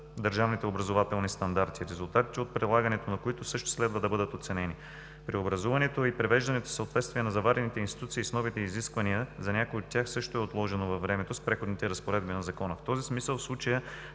държавните образователни стандарти, резултатите от прилагането, на които също следва да бъдат оценени. Преобразуването и превеждането в съответствие на заварените институции с новите изисквания – за някои от тях също е отложено във времето с преходните разпоредби на Закона. В този смисъл в случая